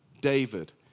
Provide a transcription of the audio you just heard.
David